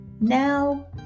Now